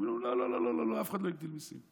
אמרו: לא לא לא, אף אחד לא הגדיל מיסים.